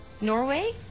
Norway